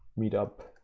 meet up